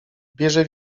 bierze